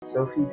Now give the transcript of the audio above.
Sophie